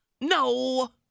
No